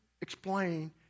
explain